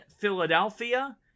Philadelphia